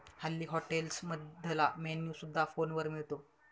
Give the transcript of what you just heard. हल्ली हॉटेल्समधला मेन्यू सुद्धा फोनवर मिळतो